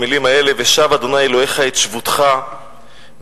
במלים האלה: ושב ה' אלוהיך את שבותך וריחמך